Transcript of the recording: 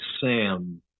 Sam